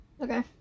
Okay